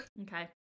Okay